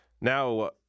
Now